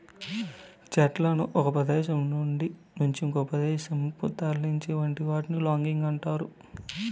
చెట్లను ఒక ప్రదేశం నుంచి ఇంకొక ప్రదేశానికి తరలించటం వంటి వాటిని లాగింగ్ అంటారు